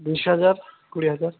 বিশ হাজার কুড়ি হাজার